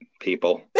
people